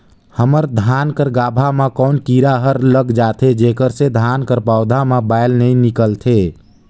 हमर धान कर गाभा म कौन कीरा हर लग जाथे जेकर से धान कर पौधा म बाएल नइ निकलथे?